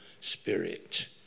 Spirit